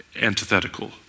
antithetical